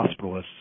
hospitalists